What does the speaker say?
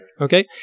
Okay